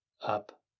Up